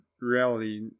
reality